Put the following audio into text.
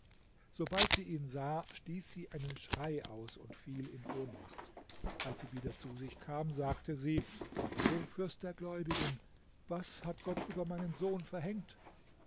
sobald sie ihn sah stieß sie einen schrei aus und fiel in ohnmacht als sie wieder zu sich kam sagte sie o fürst der gläubigen was hat gott über meinen sohn verhängt